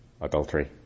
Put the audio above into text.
adultery